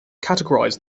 categorize